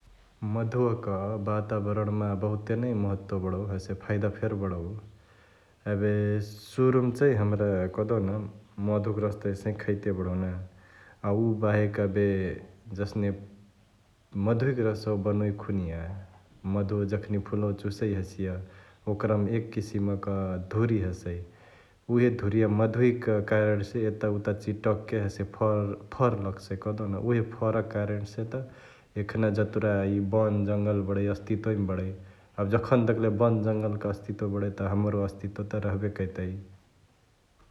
मधुवाक वातवरण्मा बहुतेनै मह्त्व बडौ हसे फाईदा फेरी बडाउ । एबे सुरुमा चैं हमरा कहदेउन मधुक रस त एसही खैते बडहु न अ उ बहेक एबे जसने मधुकै रसवा बनोइकी खुनिया मधुवा जखनी फुलवा चुसै हसिअ ओकरमा एक किसिमक धुरी हसै । उहे धुरिया मधुइक कारण से एताउता चिटकके हसे फर ...फर लगसै कहदेउन, उहे फर क कारण से त एखना जतुरा बन जंगल बडै अस्तित्वमै बडै एबे जखन तकले बन जंगल क अस्तित्व बडै त हमरो अस्तित्व त रहबे करतई ।